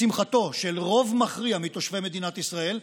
לשמחתו של רוב מכריע מתושבי מדינת ישראל,